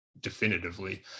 definitively